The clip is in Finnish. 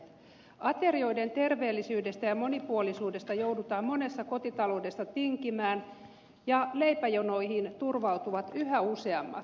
aterioiden terveellisyydestä ja monipuolisuudesta joudutaan monessa kotitaloudessa tinkimään ja leipäjonoihin turvautuvat yhä useammat